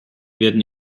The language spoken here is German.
werden